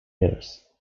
years